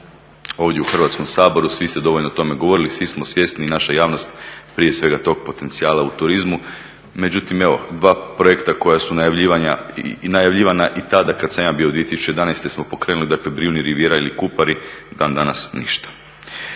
ovdje u Hrvatskom saboru, svi ste dovoljno o tome govorili, svi smo svjesni i naša javnost prije svega toga potencijala u turizmu. Međutim evo dva projekta koja su najavljivana i tada kada sam ja bio 2011. smo pokrenuli dakle Brijuni Rivijera ili Kupari. I dana danas ništa.